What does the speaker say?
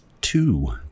two